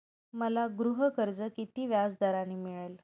मला गृहकर्ज किती व्याजदराने मिळेल?